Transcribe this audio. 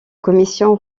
commission